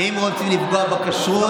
ואם רוצים לפגוע בכשרות,